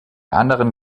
anderen